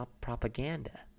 propaganda